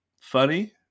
funny